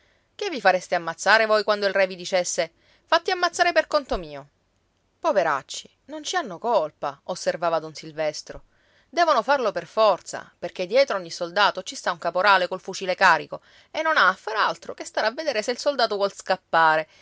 che vi fareste ammazzare voi quando il re vi dicesse fatti ammazzare per conto mio poveracci non ci hanno colpa osservava don silvestro devono farlo per forza perché dietro ogni soldato ci sta un caporale col fucile carico e non ha a far altro che star a vedere se il soldato vuol scappare